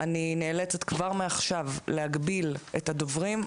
אני נאלצת כבר מעכשיו להגביל את הדוברים.